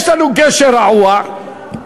יש לנו גשר רעוע,